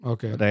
Okay